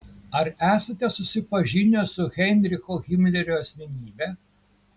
ar esate susipažinęs su heinricho himlerio asmenybe